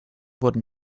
wurden